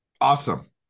Awesome